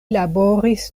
laboris